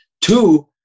Two